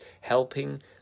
helping